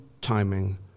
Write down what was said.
timing